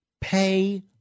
pay